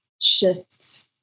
shifts